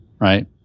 right